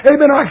Amen